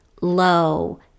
low